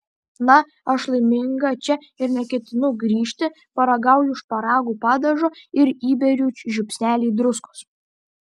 na aš laiminga čia ir neketinu grįžti paragauju šparagų padažo ir įberiu žiupsnelį druskos